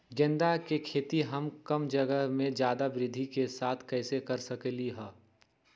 गेंदा के खेती हम कम जगह में ज्यादा वृद्धि के साथ कैसे कर सकली ह?